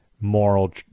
moral